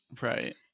Right